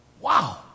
Wow